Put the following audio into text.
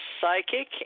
psychic